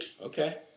okay